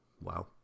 wow